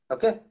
Okay